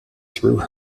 through